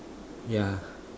ya